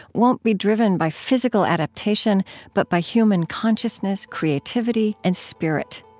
won't be driven by physical adaptation but by human consciousness, creativity and spirit.